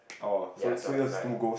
ya so right correct